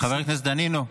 חבר הכנסת דנינו,